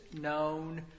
known